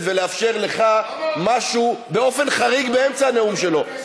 ולאפשר לך משהו באופן חריג באמצע הנאום שלו.